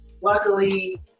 Luckily